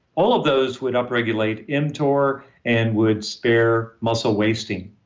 all of those would upregulate mtor and would spare muscle wasting.